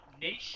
nation